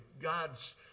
God's